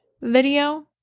video